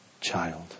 child